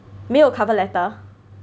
没有 cover letter